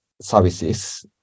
services